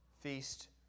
feast